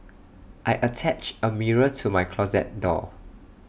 I attached A mirror to my closet door